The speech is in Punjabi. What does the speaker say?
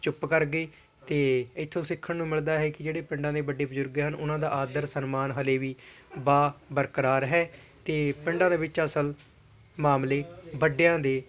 ਚੁੱਪ ਕਰ ਗਏ ਅਤੇ ਇੱਥੋਂ ਸਿੱਖਣ ਨੂੰ ਮਿਲਦਾ ਹੈ ਕਿ ਜਿਹੜੇ ਪਿੰਡਾਂ ਦੇ ਵੱਡੇ ਬਜ਼ੁਰਗ ਹਨ ਉਹਨਾਂ ਦਾ ਆਦਰ ਸਨਮਾਨ ਹਾਲੇ ਵੀ ਬਾ ਬਰਕਰਾਰ ਹੈ ਅਤੇ ਪਿੰਡਾਂ ਦੇ ਵਿੱਚ ਅਸਲ ਮਾਮਲੇ ਵੱਡਿਆਂ ਦੇ